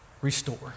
restore